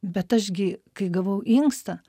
bet aš gi kai gavau inkstą